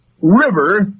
river